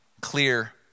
clear